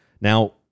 Now